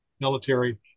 military